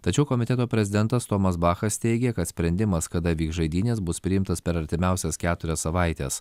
tačiau komiteto prezidentas tomas bachas teigė kad sprendimas kada vyks žaidynės bus priimtas per artimiausias keturias savaites